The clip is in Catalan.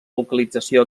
localització